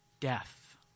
Death